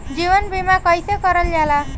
जीवन बीमा कईसे करल जाला?